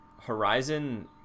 horizon